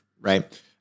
right